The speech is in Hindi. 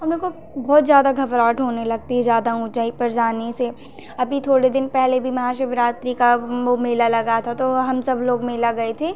उन लोगों को बहुत ज़्यादा घबराहट होने लगती है ज़्यादा ऊँचाई पर जाने से अभी थोड़े दिन पहले भी महाशिवरात्री को वह मेला लगा था तो हम सब लोग मेला गए थे